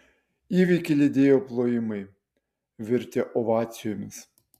įvykį lydėjo plojimai virtę ovacijomis